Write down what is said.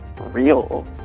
real